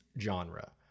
genre